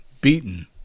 beaten